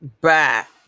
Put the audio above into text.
back